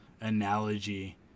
analogy